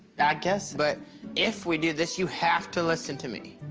yeah guess. but if we do this, you have to listen to me.